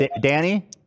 Danny